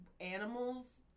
animals